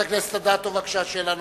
חברת הכנסת אדטו, בבקשה, שאלה נוספת.